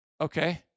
Okay